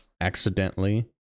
accidentally